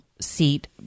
seat